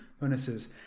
bonuses